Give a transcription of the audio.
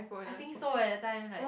I think so eh that time like